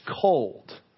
cold